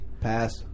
pass